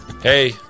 hey